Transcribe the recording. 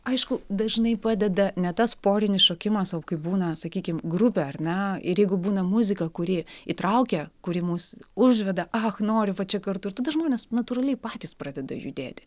aišku dažnai padeda ne tas porinis šokimas o kai būna sakykim grupė ar ne ir jeigu būna muzika kuri įtraukia kuri mus užveda ach noriu va čia kartu ir tada žmonės natūraliai patys pradeda judėti